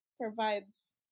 provides